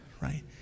right